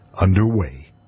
Underway